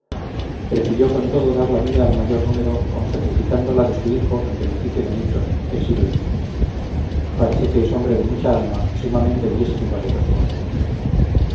prefirió con todo dar la vida al mayor número aun sacrificando la de su hijo en beneficio de muchos y así lo hizo parece que es hombre de mucha alma y sumamente diestro y valeroso